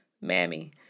mammy